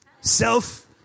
self